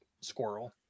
Squirrel